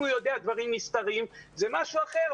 אם הוא יודע דברים נסתרים, זה משהו אחר.